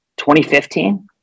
2015